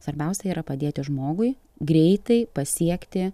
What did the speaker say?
svarbiausia yra padėti žmogui greitai pasiekti